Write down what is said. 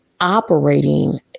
operating